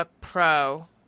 Pro